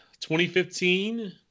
2015